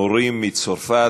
מורים מצרפת,